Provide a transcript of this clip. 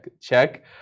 check